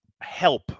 help